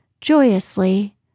joyously